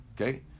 Okay